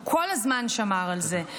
הוא כל הזמן שמר על זה.